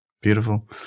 Beautiful